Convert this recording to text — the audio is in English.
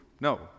No